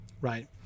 right